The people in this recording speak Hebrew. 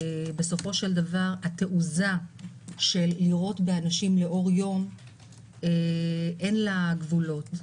בסופו של דבר התעוזה לירות באנשים לאור יום אין לה גבולות,